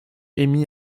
émis